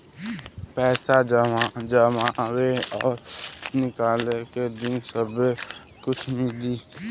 पैसा जमावे और निकाले के दिन सब्बे कुछ मिली